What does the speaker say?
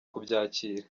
kubyakira